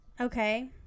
okay